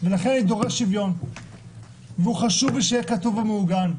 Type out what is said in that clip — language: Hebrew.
אני דורש שהשוויון יהיה כתוב ומעוגן.